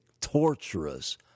torturous